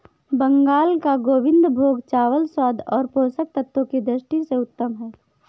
बंगाल का गोविंदभोग चावल स्वाद और पोषक तत्वों की दृष्टि से उत्तम है